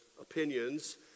opinions